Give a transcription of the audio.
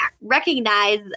recognize